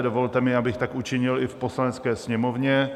Dovolte mi, abych tak učinil i v Poslanecké sněmovně.